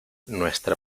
nuestra